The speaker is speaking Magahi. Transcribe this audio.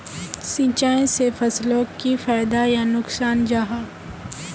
सिंचाई से फसलोक की फायदा या नुकसान जाहा?